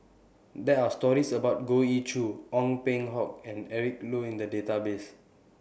There Are stories about Goh Ee Choo Ong Peng Hock and Eric Low in The Database